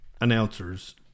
announcers